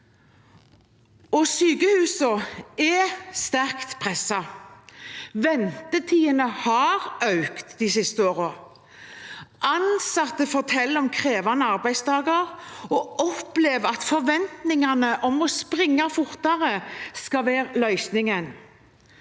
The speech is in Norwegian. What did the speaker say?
Sykehusene er sterkt presset, og ventetidene har økt de siste årene. Ansatte forteller om krevende arbeidsdager og opplever forventningen om at det å springe fortere skal være løsningen.